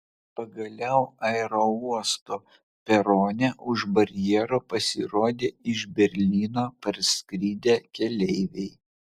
pagaliau aerouosto perone už barjero pasirodė iš berlyno parskridę keleiviai